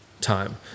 time